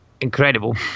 incredible